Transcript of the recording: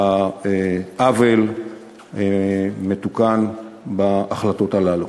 העוול מתוקן בהחלטות הללו.